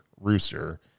Rooster